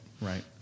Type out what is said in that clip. Right